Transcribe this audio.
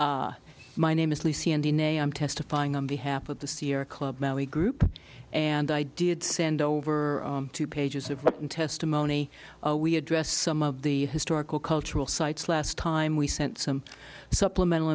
me my name is lee c n d nay i'm testifying on behalf of the sierra club a group and i did send over two pages of written testimony we address some of the historical cultural sites last time we sent some supplemental